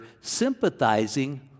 sympathizing